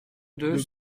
deux